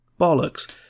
bollocks